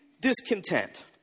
discontent